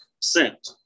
sent